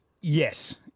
Yes